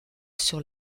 sur